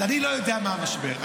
אז אני לא יודע מה המשבר.